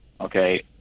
Okay